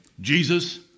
Jesus